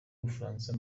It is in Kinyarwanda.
bufaransa